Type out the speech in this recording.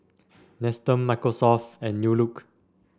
Nestum Microsoft and New Look